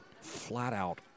flat-out